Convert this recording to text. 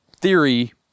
theory